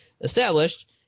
established